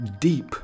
deep